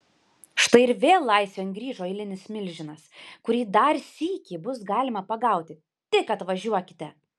štai ir vėl laisvėn grįžo eilinis milžinas kurį dar sykį bus galima pagauti tik atvažiuokite